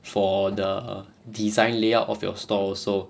for the design layout of your store also